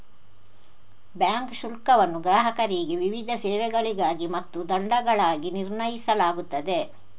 bank ಶುಲ್ಕವನ್ನು ಗ್ರಾಹಕರಿಗೆ ವಿವಿಧ ಸೇವೆಗಳಿಗಾಗಿ ಮತ್ತು ದಂಡಗಳಾಗಿ ನಿರ್ಣಯಿಸಲಾಗುತ್ತದೆ